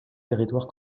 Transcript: territoire